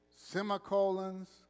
Semicolons